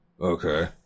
Okay